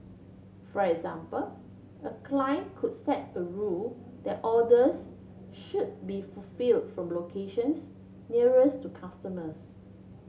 for example a client could set a rule that orders should be fulfilled from locations nearest to customers